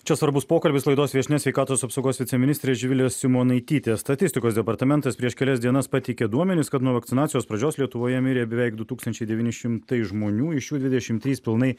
čia svarbus pokalbis laidos viešnia sveikatos apsaugos viceministrė živilė simonaitytė statistikos departamentas prieš kelias dienas pateikė duomenis kad nuo vakcinacijos pradžios lietuvoje mirė beveik du tūkstančiai devyni šimtai žmonių iš jų dvidešimt trys pilnai